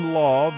law